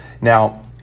Now